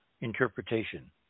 interpretation